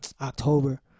October